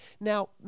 Now